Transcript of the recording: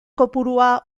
kopurua